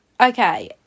Okay